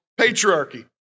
patriarchy